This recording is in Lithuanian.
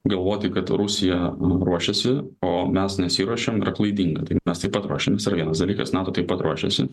galvoti kad rusija ruošiasi o mes nesiruošiam yra klaidinga taip mes taip pat ruošiamės yra vienas dalykas nato taip ruošiasi